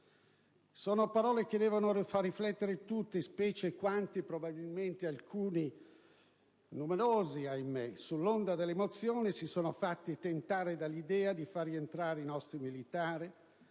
Sono parole che devono far riflettere tutti, specie quanti - probabilmente numerosi, ahimè - sull'onda delle emozioni, si sono fatti tentare dall'idea di far rientrare i nostri militari,